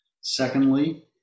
Secondly